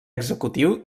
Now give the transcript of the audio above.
executiu